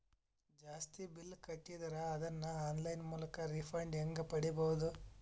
ಜಾಸ್ತಿ ಬಿಲ್ ಕಟ್ಟಿದರ ಅದನ್ನ ಆನ್ಲೈನ್ ಮೂಲಕ ರಿಫಂಡ ಹೆಂಗ್ ಪಡಿಬಹುದು?